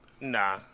Nah